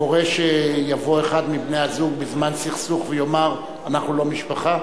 קורה שיבוא אחד מבני-הזוג בזמן סכסוך ויאמר: אנחנו לא משפחה,